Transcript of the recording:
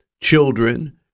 children